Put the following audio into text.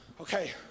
Okay